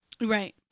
Right